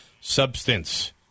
substance